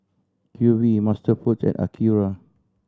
Q V MasterFoods and Acura